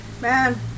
Man